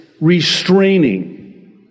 restraining